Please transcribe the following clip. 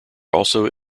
also